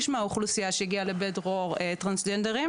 מהאוכלוסייה שהגיעה לבית דרור טרנסג'נדרים,